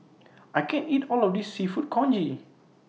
I can't eat All of This Seafood Congee